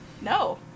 no